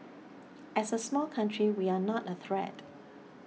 as a small country we are not a threat